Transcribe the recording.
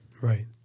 Right